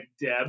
Deb